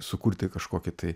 sukurti kažkokį tai